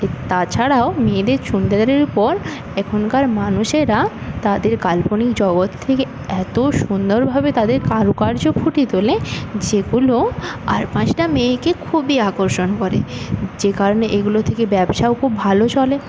তাছাড়াও মেয়েদের পর এখনকার মানুষেরা তাদের কাল্পনিক জগৎ থেকে এত সুন্দরভাবে তাদের কারুকার্য ফুটিয়ে তোলে যেগুলো আর পাঁচটা মেয়েকে খুবই আকর্ষণ করে যে কারণে এগুলো থেকে ব্যবসাও খুব ভালো চলে